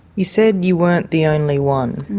you said you weren't the only one.